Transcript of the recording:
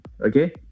Okay